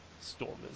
Stormers